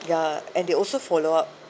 ya and they also follow up